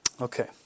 Okay